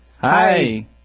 Hi